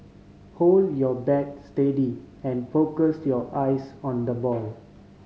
hold your bat steady and focus your eyes on the ball